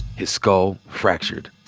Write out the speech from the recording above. his skull fractured.